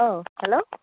অ hello